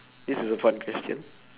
this is a fun question